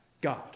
god